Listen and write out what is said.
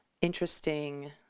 interesting